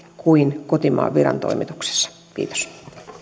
kuin kotimaan virantoimituksessa kiitos